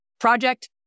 project